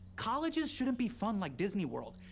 colleges shouldn't be fun like disney world.